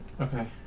Okay